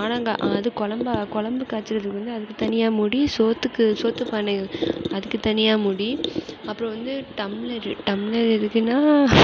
ஆலாங்கா அது குழம்பா குழம்பு காய்ச்சிறதுக்கு வந்து அதுக்கு தனியாக மூடி சோற்றுக்கு சோற்று பானையை அதுக்கு தனியாக மூடி அப்புறம் வந்து டம்ளரு டம்ளர் எதுக்குனால்